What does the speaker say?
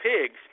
pigs